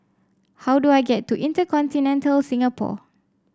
how do I get to InterContinental Singapore